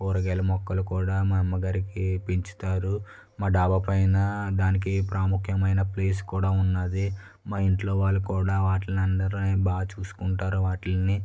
కూరగాయల మొక్కలు కూడా మా అమ్మగారు పెంచుతారు మా డాబా పైన దానికి ప్రాముఖ్యమైన ప్లేస్ కూడా ఉన్నది మా ఇంట్లో వాళ్ళు కూడా వాటిని అందరూ బాగా చూసుకుంటారు వాటిని